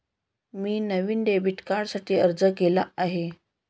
मी नवीन डेबिट कार्डसाठी अर्ज केला आहे